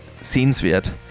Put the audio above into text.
sehenswert